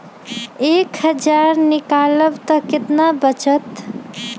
एक हज़ार निकालम त कितना वचत?